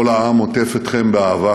כל העם עוטף אתכם באהבה.